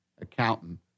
accountant